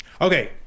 Okay